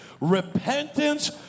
repentance